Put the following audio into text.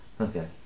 Okay